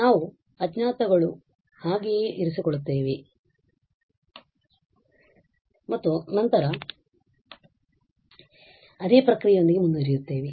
ಆದ್ದರಿಂದ ನಾವು a ಅಜ್ಞಾತಗಳನ್ನು ಹಾಗೆಯೇ ಇರಿಸಿಕೊಳ್ಳುತ್ತೇವೆ ಮತ್ತು ನಂತರ ಅದೇ ಪ್ರಕ್ರಿಯೆಯೊಂದಿಗೆ ಮುಂದುವರಿಯುತ್ತೇವೆ